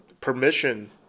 permission